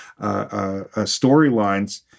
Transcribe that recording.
storylines